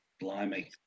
Blimey